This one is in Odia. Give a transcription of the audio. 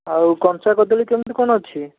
ଆଉ କଞ୍ଚା କଦଳୀ କେମିତି କ'ଣ ଅଛି